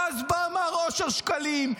ואז בא מר אושר שקלים,